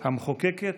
המחוקקת,